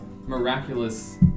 miraculous